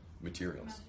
materials